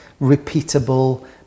repeatable